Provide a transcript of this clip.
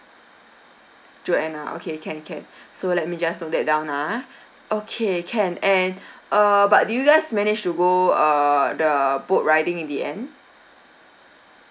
joanna okay can can so let me just note that down ah okay can and err but do you guys manage to go err the boat riding in the end